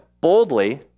boldly